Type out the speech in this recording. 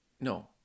no